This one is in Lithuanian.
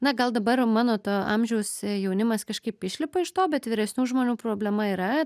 na gal dabar mano to amžiaus jaunimas kažkaip išlipa iš to bet vyresnių žmonių problema yra